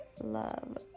love